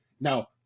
now